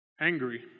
angry